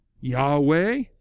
Yahweh